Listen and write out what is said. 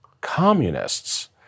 communists